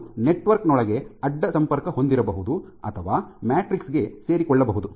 ಅದು ನೆಟ್ವರ್ಕ್ ನೊಳಗೆ ಅಡ್ಡ ಸಂಪರ್ಕ ಹೊಂದಿರಬಹುದು ಅಥವಾ ಮ್ಯಾಟ್ರಿಕ್ಸ್ ಗೆ ಸೇರಿಕೊಳ್ಳಬಹುದು